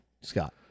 Scott